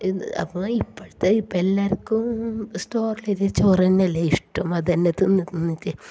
അപ്പം ഇപ്പോഴത്തെ ഇപ്പം എല്ലാവർക്കും സ്റ്റോറിലെ അരി ചോറ് തന്നെയല്ലേ ഇഷ്ടം അത് തന്നെ തിന്ന് തിന്നിട്ട്